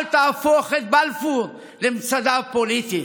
אל תהפוך את בלפור למצדה פוליטית.